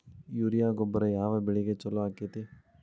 Urea ಗೊಬ್ಬರ ಯಾವ ಬೆಳಿಗೆ ಛಲೋ ಆಕ್ಕೆತಿ?